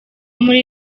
muri